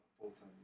full-time